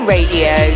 Radio